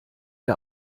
der